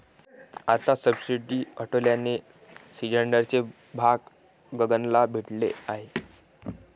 आता सबसिडी हटवल्याने सिलिंडरचे भाव गगनाला भिडले आहेत